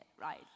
right